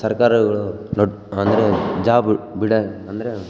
ಸರ್ಕಾರಗಳು ನೋಡು ಅಂದರೆ ಜಾಬ್ ಬಿಡು ಅಂದರೆ